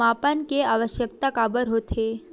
मापन के आवश्कता काबर होथे?